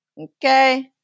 Okay